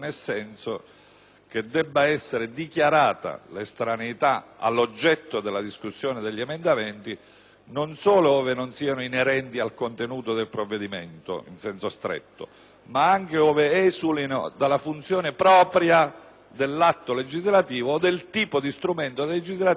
che debba essere dichiarata l'estraneità all'oggetto della discussione degli emendamenti, non solo ove non siano inerenti al contenuto del provvedimento in senso stretto, ma anche ove esulino dalla funzione propria dell'atto legislativo o del tipo di strumento legislativo all'esame